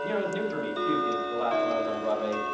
you know was new for me too, cause the last time i was on broadway,